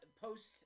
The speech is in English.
Post